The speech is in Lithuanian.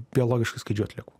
biologiškai skaidžių atliekų